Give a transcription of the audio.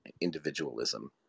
individualism